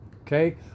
okay